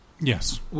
Yes